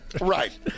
right